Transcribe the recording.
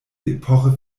epoche